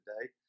today